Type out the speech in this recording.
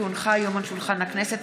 כי הונחו היום על שולחן הכנסת,